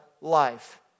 life